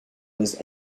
was